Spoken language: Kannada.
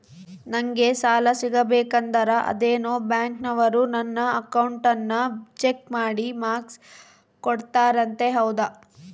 ನಂಗೆ ಸಾಲ ಸಿಗಬೇಕಂದರ ಅದೇನೋ ಬ್ಯಾಂಕನವರು ನನ್ನ ಅಕೌಂಟನ್ನ ಚೆಕ್ ಮಾಡಿ ಮಾರ್ಕ್ಸ್ ಕೋಡ್ತಾರಂತೆ ಹೌದಾ?